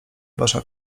wasza